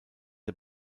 der